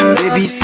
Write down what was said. baby